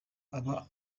aba